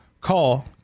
Call